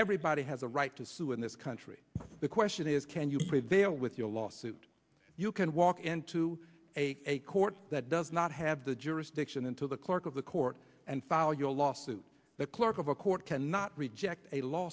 everybody has a right to sue in this country the question is can you prevail with your lawsuit you can walk into a court that does not have the jurisdiction into the clerk of the court and file your lawsuit the clerk of a court cannot reject a